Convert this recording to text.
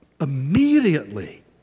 immediately